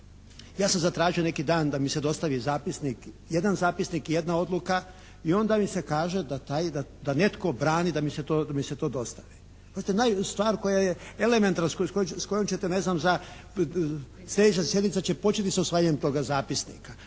Ja sam zatražio neki dan da mi se dostavi zapisnik, jedan zapisnik i jedna odluka i onda mi se kaže da taj, da netko brani da mi se to dostavi. Pazite naj, stvar koja je elementarna. S kojom ćete ne znam za, sljedeća sjednica će početi sa usvajanjem toga zapisnika.